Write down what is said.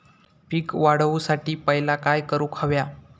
पीक वाढवुसाठी पहिला काय करूक हव्या?